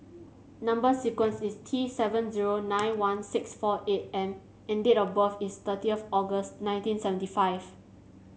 number sequence is T seven zero nine one six four eight M and date of birth is thirtieth August nineteen seventy five